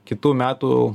kitų metų